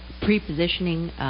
pre-positioning